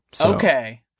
Okay